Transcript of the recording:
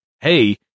hey